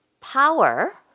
power